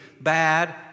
bad